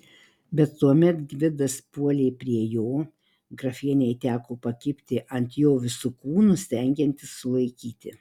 bet tuomet gvidas puolė prie jo grafienei teko pakibti ant jo visu kūnu stengiantis sulaikyti